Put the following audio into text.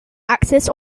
axis